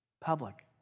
public